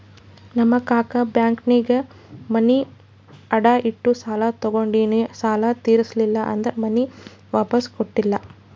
ನಮ್ ಕಾಕಾ ಬ್ಯಾಂಕ್ನಾಗ್ ಮನಿ ಅಡಾ ಇಟ್ಟು ಸಾಲ ತಗೊಂಡಿನು ಸಾಲಾ ತಿರ್ಸಿಲ್ಲಾ ಅಂತ್ ಮನಿ ವಾಪಿಸ್ ಕೊಟ್ಟಿಲ್ಲ